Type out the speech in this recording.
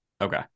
Okay